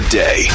day